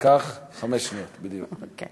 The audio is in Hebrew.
לקח חמש שניות בדיוק.